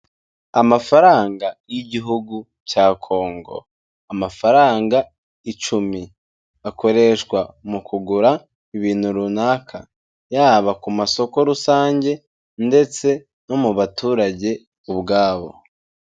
Amafaranga y'Igihugu cya Congo. Amafaranga icumi. Akoreshwa mu kugura ibintu runaka. Yaba ku masoko rusange ndetse no mu baturage ubwabo.